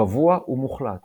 קבוע ומוחלט